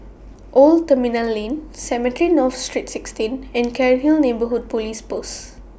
Old Terminal Lane Cemetry North Saint sixteen and Cairnhill Neighbourhood Police Post